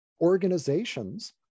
organizations